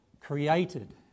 created